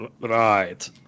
Right